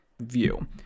view